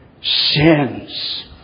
sins